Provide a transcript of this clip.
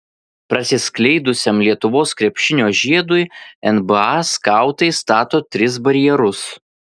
prasiskleidusiam lietuvos krepšinio žiedui nba skautai stato tris barjerus